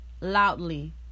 loudly